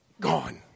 Gone